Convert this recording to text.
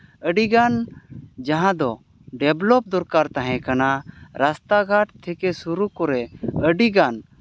ᱟᱹᱰᱤ ᱜᱟᱱ ᱡᱟᱦᱟᱸ ᱫᱚ ᱰᱮᱵᱷᱞᱚᱯ ᱫᱚᱨᱠᱟᱨ ᱛᱟᱦᱮᱸ ᱠᱟᱱᱟ ᱨᱟᱥᱛᱟ ᱜᱷᱟᱴ ᱛᱷᱮᱠᱮ ᱥᱩᱨᱩ ᱠᱚᱨᱮ ᱟᱹᱰᱤᱜᱟᱱ